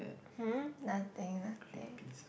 nothing nothing